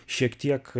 šiek tiek